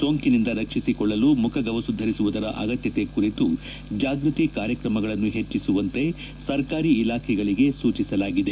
ಸೋಂಕಿನಿಂದ ರಕ್ಷಿಸಿಕೊಳ್ಳಲು ಮುಖಗವಸು ಧರಿಸುವುದರ ಅಗತ್ಯತೆ ಕುರಿತು ಜಾಗ್ಯತಿ ಕಾರ್ಯಕ್ರಮಗಳನ್ನು ಹೆಚ್ಚಿಸುವಂತೆ ಸರ್ಕಾರಿ ಇಲಾಖೆಗಳಿಗೆ ಸೂಚಿಸಲಾಗಿದೆ